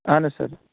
اہن حظ سر